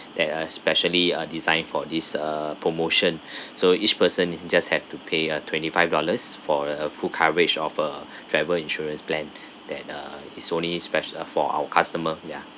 that uh especially are designed for this uh promotion so each person just have to pay a twenty five dollars for a full coverage of a travel insurance plan that uh is only special for our customer ya